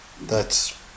thats